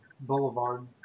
boulevard